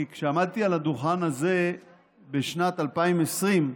כי כשעמדתי על הדוכן הזה בשנת 2020,